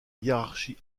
hiérarchie